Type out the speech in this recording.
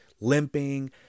limping